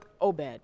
Obed